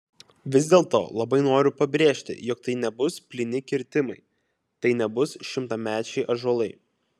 vis dėlto labai noriu pabrėžti jog tai nebus plyni kirtimai tai nebus šimtamečiai ąžuolai